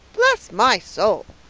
bless my soul.